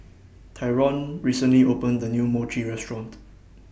Tyron recently opened A New Mochi Restaurant